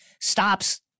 stops